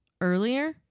earlier